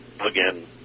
again